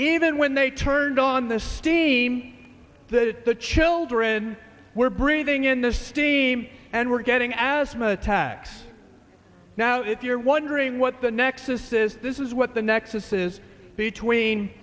even when they turned on the steam that the children were breathing in the steam and we're getting asthma attacks now if you're wondering what the nexus is this is what the nexus is between